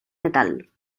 metal